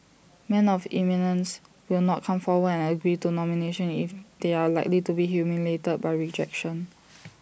men of eminence will not come forward and agree to nomination if they are likely to be humiliated by rejection